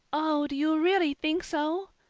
oh, do you really think so?